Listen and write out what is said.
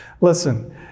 listen